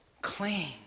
clean